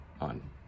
on